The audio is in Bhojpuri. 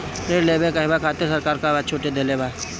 ऋण लेवे कहवा खातिर सरकार का का छूट देले बा?